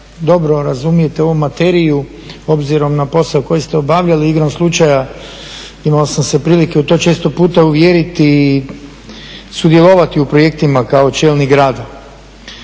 dobro razumijete ovu materiju obzirom na posao koji ste obavljali. Igrom slučaja imao sam se prilike u to često puta uvjeriti i sudjelovati u projektima kao čelni grad.